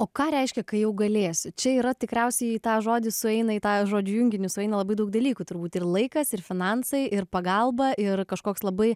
o ką reiškia kai jau galėsi čia yra tikriausiai į tą žodį sueina į tą žodžių junginį sueina labai daug dalykų turbūt ir laikas ir finansai ir pagalba ir kažkoks labai